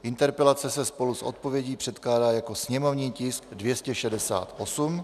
Interpelace se spolu s odpovědí předkládá jako sněmovní tisk 268.